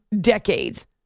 decades